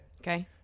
Okay